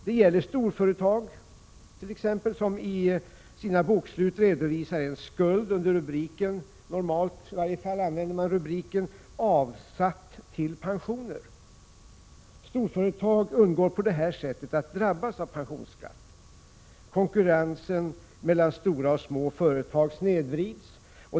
Detta gäller t.ex. storföretag som i sina bokslut redovisar en skuld under den normalt använda rubriken ”Avsatt till pensioner”. Storföretag undgår på detta sätt att drabbas av pensionsskatten. Konkurrensen mellan stora och små företag snedvrids.